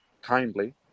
kindly